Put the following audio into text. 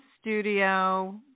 studio